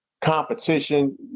competition